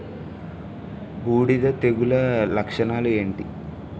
బూడిద తెగుల లక్షణాలు ఏంటి?